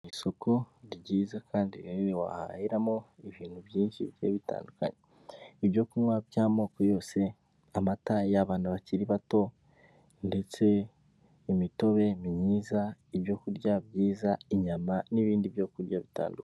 Isoko ryiza kandi rinini wahiramo ibintu byinshi bigiye bitandukanye ibyo kunywa by'amoko yose, amata y'abana bakiri bato ndetse imitobe myiza, ibyo kurya byiza, inyama n'ibindi byo kurya bitandukanye.